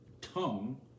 tongue